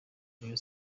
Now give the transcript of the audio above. rayon